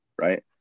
right